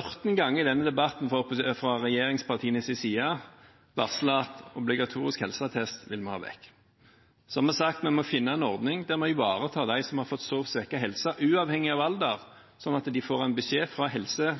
ørten ganger i denne debatten fra regjeringspartienes side varslet at vi vil ha vekk obligatorisk helseattest. Så har vi sagt at vi må finne en ordning der vi ivaretar dem som har fått så svekket helse, uavhengig av alder, sånn at de – via en beskjed fra